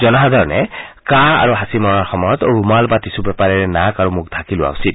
জনসাধাৰণে কাহ আৰু হাঁচি মৰাৰ সময়ত ৰুমাল বা টিছু পেপাৰেৰে নাক আৰু মুখ ঢাকি লোৱা উচিত